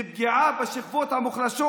לפגיעה בשכבות המוחלשות.